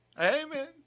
amen